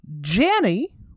Jenny